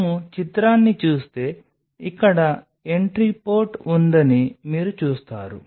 మేము చిత్రాన్ని చూస్తే ఇక్కడ ఎంట్రీ పోర్ట్ ఉందని మీరు చూస్తారు